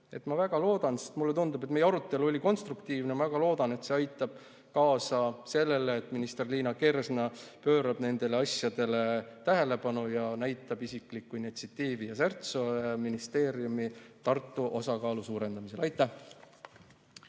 Ma väga loodan, sest mulle tundub, et meie arutelu oli konstruktiivne, et see aitab kaasa sellele, et minister Liina Kersna pöörab nendele asjadele tähelepanu ja näitab isiklikku initsiatiivi ja särtsu ministeeriumis Tartu osakaalu suurendamisel. Aitäh!